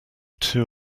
two